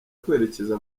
kwerekeza